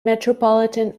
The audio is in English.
metropolitan